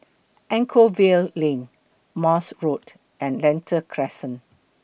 Anchorvale Lane Morse Road and Lentor Crescent